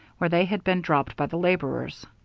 where they had been dropped by the laborers.